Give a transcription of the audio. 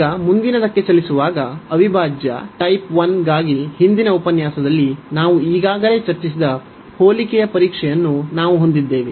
ಈಗ ಮುಂದಿನದಕ್ಕೆ ಚಲಿಸುವಾಗ ಅವಿಭಾಜ್ಯ ಟೈಪ್ 1 ಗಾಗಿ ಹಿಂದಿನ ಉಪನ್ಯಾಸದಲ್ಲಿ ನಾವು ಈಗಾಗಲೇ ಚರ್ಚಿಸಿದ ಹೋಲಿಕೆಯ ಪರೀಕ್ಷೆಯನ್ನು ನಾವು ಹೊಂದಿದ್ದೇವೆ